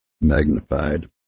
Magnified